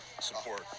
support